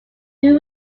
who